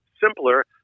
simpler